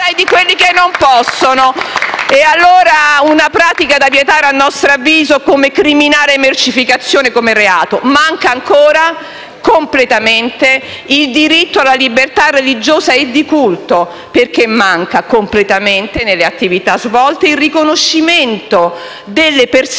e L-SP).* Si tratta dunque di una pratica da vietare, a nostro avviso, come criminale mercificazione, come reato. Manca ancora completamente il diritto alla libertà religiosa e di culto perché manca completamente nelle attività svolte il riconoscimento delle persecuzioni